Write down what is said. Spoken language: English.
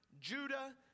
Judah